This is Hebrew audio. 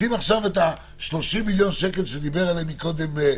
שים עכשיו את ה-30 מיליון שקל שהוא דיבר עליהם מקודם,